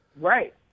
Right